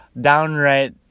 downright